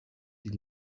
die